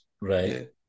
Right